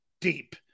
deep